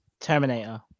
Terminator